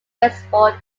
baseball